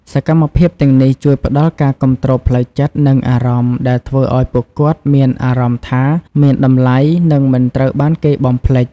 សកម្មភាពទាំងនេះជួយផ្ដល់ការគាំទ្រផ្លូវចិត្ត និងអារម្មណ៍ ដែលធ្វើឲ្យពួកគាត់មានអារម្មណ៍ថាមានតម្លៃ និងមិនត្រូវបានគេបំភ្លេច។